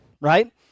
Right